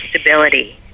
stability